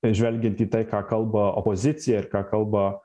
ir žvelgiant į tai ką kalba opozicija ir ką kalba